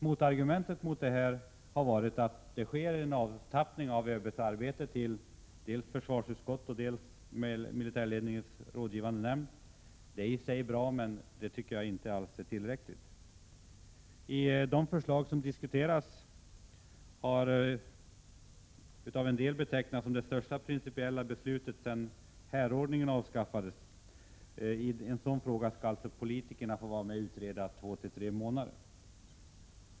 Motargumentet har varit att det sker en avtappning av ÖB:s arbete till dels försvarsutskottet, dels militärledningens rådgivande nämnd. Det är i sig bra, men inte alls tillräckligt. I det förslag som diskuteras, som av en del betecknas som det största principiella beslutet sedan härordningen avskaffades, skall politikerna alltså vara med och utreda i endast två tre månader.